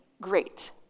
great